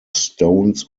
stones